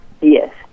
Yes